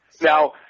Now